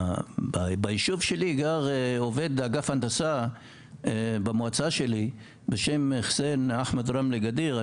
ביישוב שלי גר עובד אגף הנדסה במועצה שלי בשם חסיין אחמד ר'מלה גדיר.